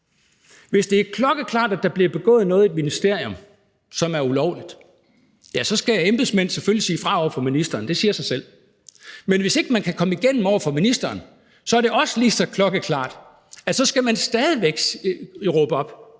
Hvis det er klokkeklart, at der bliver begået noget i et ministerium, som er ulovligt, så skal embedsmændene selvfølgelig sige fra over for ministeren – det siger sig selv – men hvis ikke man kan komme igennem over for ministeren, er det jo også lige så klokkeklart, at man så stadig væk skal råbe op,